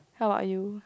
how are you